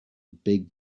big